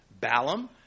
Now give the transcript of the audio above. Balaam